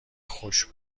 خوش